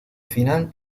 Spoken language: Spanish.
fin